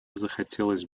захотелось